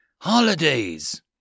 Holidays